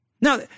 Now